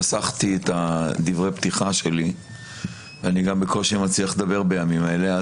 חסכתי את דברי הפתיחה שלי ואני גם בקושי מצליח לדבר בימים אלה,